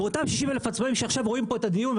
ואותם 60,000 עצמאים שרואים כרגע את הדיון,